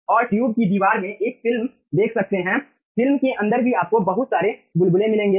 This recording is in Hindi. और ट्यूब की दीवार में एक फिल्म देख सकते हैं फिल्म के अंदर भी आपको बहुत सारे बुलबुले मिलेंगे